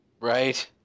right